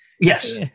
Yes